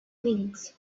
things